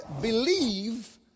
believe